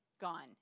gone